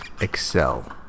Excel